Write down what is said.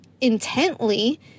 intently